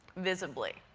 visibly.